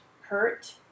hurt